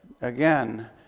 Again